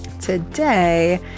Today